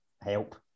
help